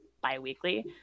bi-weekly